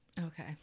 Okay